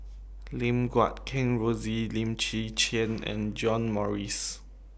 Lim Guat Kheng Rosie Lim Chwee Chian and John Morrice